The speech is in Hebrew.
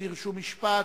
דרשו משפט,